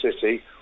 city